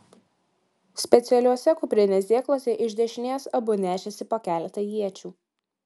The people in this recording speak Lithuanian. specialiuose kuprinės dėkluose iš dešinės abu nešėsi po keletą iečių